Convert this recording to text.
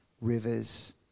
rivers